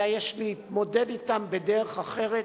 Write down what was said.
אלא יש להתמודד אתן בדרך אחרת,